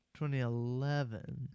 2011